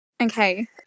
Okay